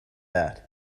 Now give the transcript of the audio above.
that